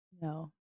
No